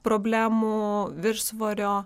problemų viršsvorio